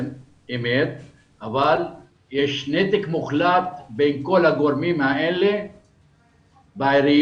אבל יש נתק מוחלט בין כל הגורמים האלה בעיריות.